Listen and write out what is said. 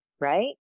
right